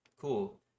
cool